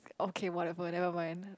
okay whatever never mind